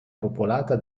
popolata